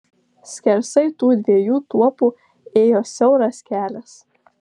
skersai tų dviejų tuopų ėjo siauras kelias